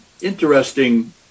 interesting